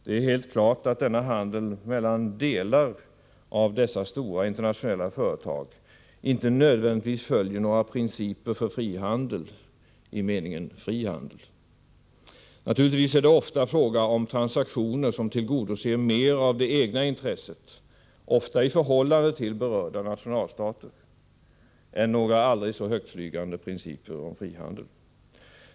Det är helt klart att denna handel mellan delar av dessa stora internationella företag inte nödvändigtvis följer några principer för frihandel i meningen fri handel. Naturligtvis är det ofta fråga om transaktioner som tillgodoser mer av det egna intresset — ofta i förhållande till berörda nationalstater — än några aldrig så högtflygande principer om frihandel.